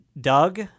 Doug